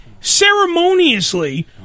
ceremoniously